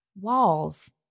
Walls